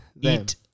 eat